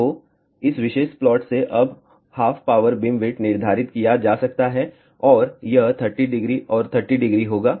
तो इस विशेष प्लॉट से अब हाफ पावर बीमविड्थ निर्धारित किया जा सकता है और यह 300 और 300 होगा